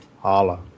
holla